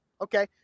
okay